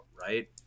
Right